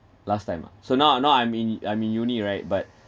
last time ah so now now I'm in in uh in uni right but